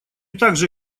также